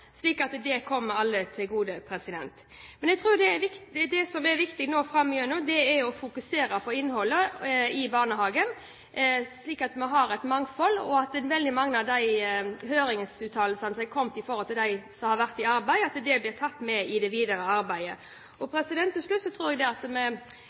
slik at det kommer alle til gode. Men jeg tror at det som er viktig framover nå, er å fokusere på innholdet i barnehagen og at det er et mangfold, og at veldig mange av de høringsuttalelsene som er kommet fra dem som har vært i arbeid, blir tatt med i det videre arbeidet.